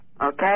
Okay